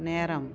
நேரம்